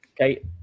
Okay